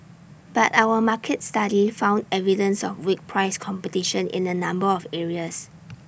but our market study found evidence of weak price competition in A number of areas